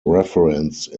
referenced